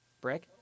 Brick